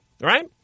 right